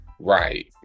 Right